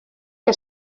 que